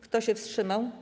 Kto się wstrzymał?